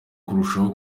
kurushaho